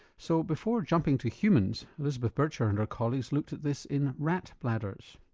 so before jumping to humans elizabeth burcher and her colleagues looked at this in rat bladders.